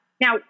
Now